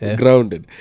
grounded